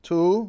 Two